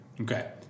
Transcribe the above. Okay